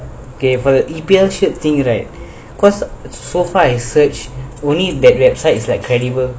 okay for the E P L shirt thing right cause so far I search only that website is like credible